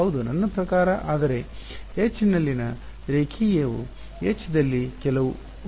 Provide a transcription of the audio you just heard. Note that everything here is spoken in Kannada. ಹೌದು ನನ್ನ ಪ್ರಕಾರ ಆದರೆ H ನಲ್ಲಿನ ರೇಖೀಯವು H ದಲ್ಲಿ ಕೆಲವು ಉತ್ಪನ್ನವಲ್ಲ